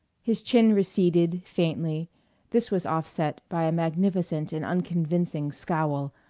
his chin receded, faintly this was offset by a magnificent and unconvincing scowl,